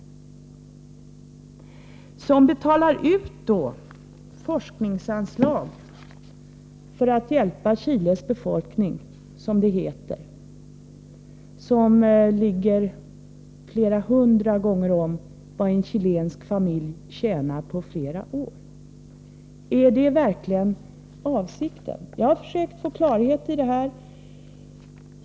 Dessa betalar ut forskningsanslag för att hjälpa Chiles befolkning, som det heter — forskningsanslag vilka uppgår till belopp som är flera hundra gånger större än det som en chilensk familj tjänar under flera år. Är detta verkligen avsikten? Jag har försökt få klarhet i det här.